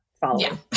following